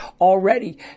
already